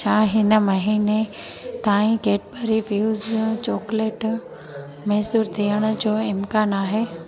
छा हिन महीने ताईं कैडबरी फ्यूज चॉकलेट मुयसरु थियण जो इम्कान आहे